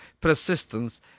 persistence